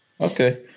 Okay